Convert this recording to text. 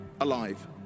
alive